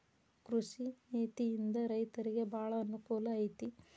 ಕೃಷಿ ನೇತಿಯಿಂದ ರೈತರಿಗೆ ಬಾಳ ಅನಕೂಲ ಐತಿ